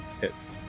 Hits